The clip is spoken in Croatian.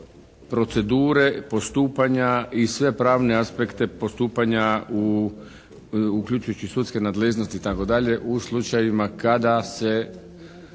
procedure, postupanja i sve pravne aspekte postupanja uključujući i sudske nadležnosti, itd. u slučajevima kada se